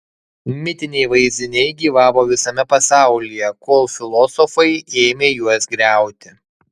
mitiniai vaizdiniai gyvavo visame pasaulyje kol filosofai ėmė juos griauti